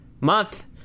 Month